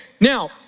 Now